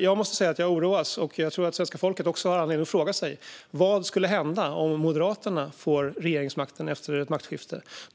Jag måste säga att jag oroas av detta, och jag tror att svenska folket har anledning att fråga sig vad som kommer att hända om Moderaterna får regeringsmakten efter ett maktskifte.